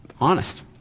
Honest